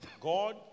God